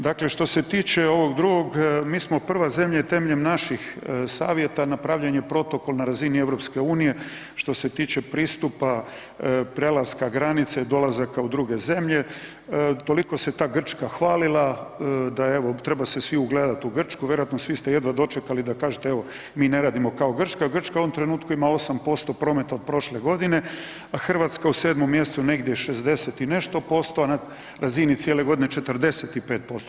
Dakle, što se tiče ovog drugog, mi smo prva zemlja i temeljem naših savjeta, napravljen je protokol na razini EU-a što se tiče pristupa prelaska granice i dolazaka u druge zemlje, toliko se ta Grčka hvalila, da evo trebaju se svi ugledat u Grčku, vjerojatno svi ste jedva dočekali da kažete evo, mi ne radimo kao Grčka, Grčka u ovom trenutku ima 8% prometa od prošle godine a Hrvatska u 7. mj. negdje 60 i nešto posto a na razini cijele godine 45%